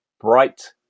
bright